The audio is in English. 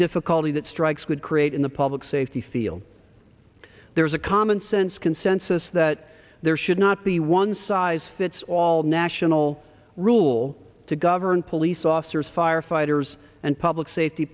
difficulty that strikes could create in the public safety field there's a commonsense consensus that there should not be one size fits all national rule to govern police officers firefighters and public safety